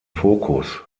fokus